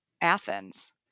Athens